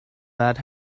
bad